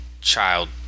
child